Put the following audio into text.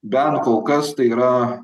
bent kol kas tai yra